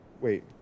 Wait